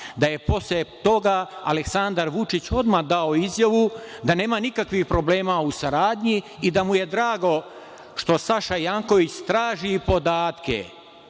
da je posle toga Aleksandar Vučić odmah dao izjavu da nema nikakvih problema u saradnji i da mu je drago što Saša Janković traži podatke